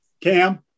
Cam